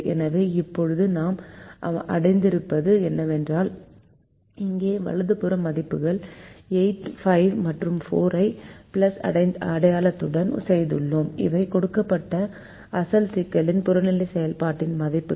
எனவே இப்போது நாம் அடைந்திருப்பது என்னவென்றால் இங்கே வலது புற மதிப்புகள் 8 5 மற்றும் 4 ஐ பிளஸ் அடையாளத்துடன் செய்துள்ளோம் இவை கொடுக்கப்பட்ட அசல் சிக்கலின் புறநிலை செயல்பாட்டு மதிப்புகள்